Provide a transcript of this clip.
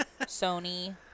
Sony